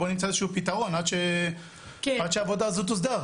בואו נמצא איזשהו פתרון עד שהעבודה הזו תוסדר.